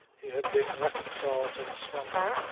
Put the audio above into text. he had been reconciled to his family,